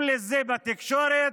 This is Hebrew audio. בתקשורת,